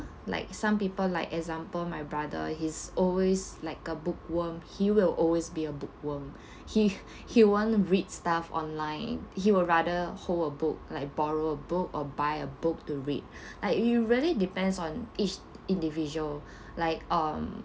like some people like example my brother he's always like a book worm he will always be a bookworm he he won't read stuff online he would rather hold a book like borrow a book or buy a book to read I it really depends on each individual like um